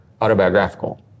autobiographical